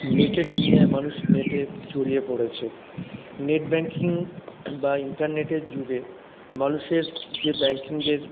নেটের দুনিয়ায় মানুষ নেটে জড়িয়ে পড়েছে নেট ব্যাঙ্কিং বা ইন্টারনেটের যুগে মানুষের যে ব্যাঙ্কিংয়ের